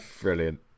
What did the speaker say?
brilliant